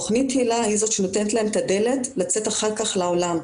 תכנית היל"ה היא זאת שנותנת להם את הדלת לצאת אחר כך לעולם,